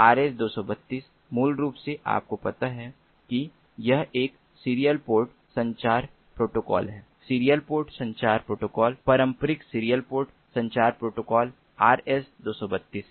are S 232 मूल रूप से आपको पता है कि यह एक सीरियल पोर्ट संचार प्रोटोकॉल है सीरियल पोर्ट संचार प्रोटोकॉल पारंपरिक सीरियल पोर्ट संचार प्रोटोकॉल आर एस 232 है